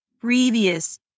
previous